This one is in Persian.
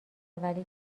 ولی